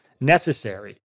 necessary